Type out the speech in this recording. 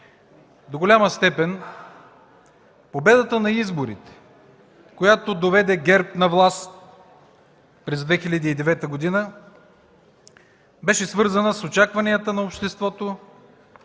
До голяма степен победата на изборите, която доведе ГЕРБ на власт през 2009 г., беше свързана с очакванията на обществото,